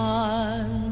one